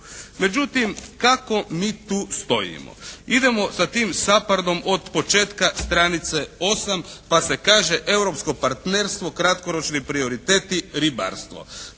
Međutim, kako mi tu stojimo. Idemo sa tim SAPARD-om od početka stranice 8. pa se kaže europsko partnerstvo, kratkoročni prioriteti, ribarstvo.